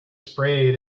sprayed